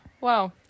wow